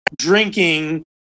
drinking